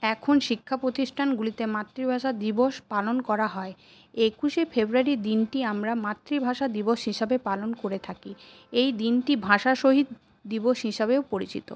এখন শিক্ষা প্রতিষ্ঠানগুলিতে মাতৃভাষা দিবস পালন করা হয় একুশে ফেব্রুয়ারি দিনটি আমরা মাতৃভাষা দিবস হিসেবে পালন করে থাকি এই দিনটি ভাষা শহিদ দিবস হিসাবেও পরিচিত